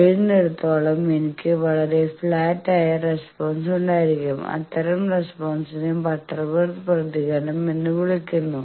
കഴിയുന്നിടത്തോളം എനിക്ക് വളരെ ഫ്ലാറ്റ് ആയ റെസ്പോൺസ് ഉണ്ടായിരിക്കും അത്തരം റെസ്പോൺസിനെ ബട്ടർവർത്ത് പ്രതികരണം എന്ന് വിളിക്കുന്നു